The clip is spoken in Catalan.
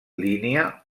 línia